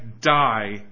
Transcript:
die